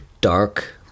dark